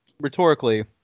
rhetorically